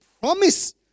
promise